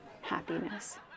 happiness